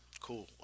Cool